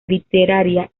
literaria